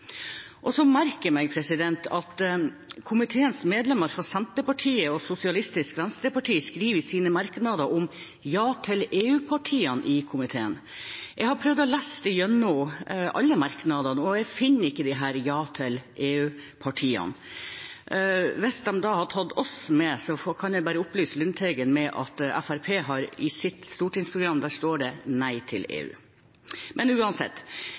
merker meg at komiteens medlemmer fra Senterpartiet og Sosialistisk Venstreparti skriver i sine merknader om «Ja til EU-partiene i komiteen». Jeg har prøvd å lese gjennom alle merknadene, og jeg finner ikke disse «Ja til EU-partiene». Hvis de da har tatt oss med, kan jeg bare opplyse Lundteigen om at i Fremskrittspartiets stortingsprogram står det nei til EU. Men uansett,